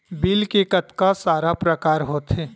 Bill के कतका सारा प्रकार होथे?